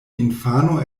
infano